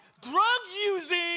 drug-using